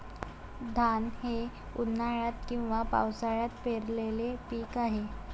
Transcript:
धान हे उन्हाळ्यात किंवा पावसाळ्यात पेरलेले पीक आहे